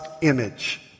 image